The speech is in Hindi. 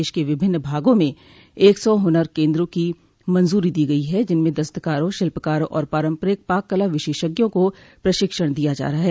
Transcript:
देश के विभिन्न भागों में एक सौ हुनर केन्द्रों की मंजूरी दी गयी है जिनमें दस्तकारों शिल्पकारों और पारंपरिक पाककला विशेषज्ञों को प्रशिक्षण दिया जा रहा है